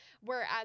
Whereas